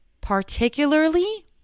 particularly